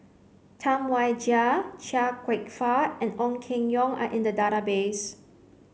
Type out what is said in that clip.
Tam Wai Jia Chia Kwek Fah and Ong Keng Yong are in the